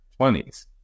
20s